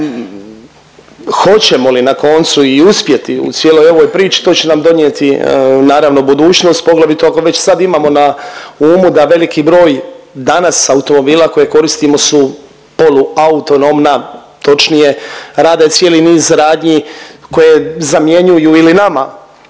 Hoćemo li na koncu i uspjeti u cijeloj ovoj priči? To će nam donijeti naravno budućnost, poglavito ako već sad imamo na umu da veliki broj danas automobila koje koristimo su poluatonomna, točnije rade cijeli niz radnji koje zamjenjuju ili nama